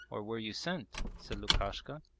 or were you sent said lukashka,